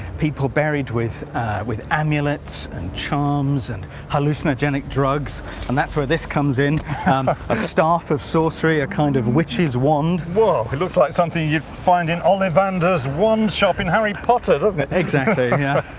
people buried with with amulets and charms and hallucinogenic drugs and that's where this comes in um ah a staff of sorcery a kind of witch's wand. whoa! it looks like something you'd find in ollivanders wand shop in harry potter, doesn't it? exactly yeah